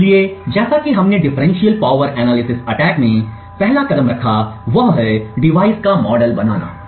इसलिए जैसा कि हमने डिफरेंशियल पॉवर एनालिसिस अटैक में पहला कदम रखा वह है डिवाइस का मॉडल बनाना